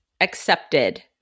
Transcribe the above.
accepted